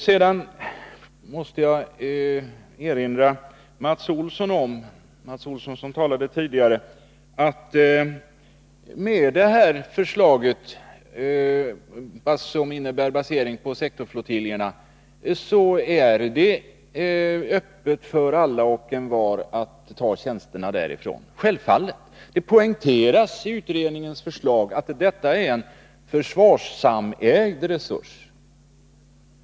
Sedan måste jag erinra Mats Olsson, som talade tidigare, om att när det gäller förslaget om basering på sektorsflottiljerna så innebär det att det är öppet för alla och envar att ta tjänster därifrån. Självfallet är det så. Det poängteras i utredningens förslag att detta är en försvarssamägd resurs.